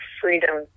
freedom